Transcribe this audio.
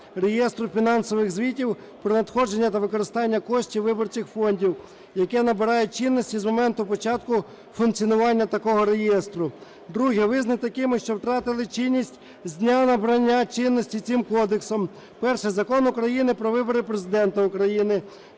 реєстру фінансових звітів про надходження та використання коштів виборчих фондів, яке набирає чинності з моменту початку функціонування такого Реєстру. Друге. Визнати такими, що втратили чинність з дня набрання чинності цим Кодексом: Перше. Закон України "Про вибори Президента України".